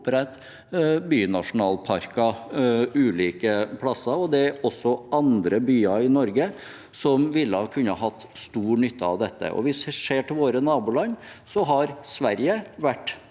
bynasjonalparker ulike plasser, og det er også andre byer i Norge som ville kunnet ha stor nytte av dette. Hvis vi ser til våre naboland, har Sverige vært